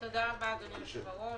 תודה רבה אדוני היושב ראש.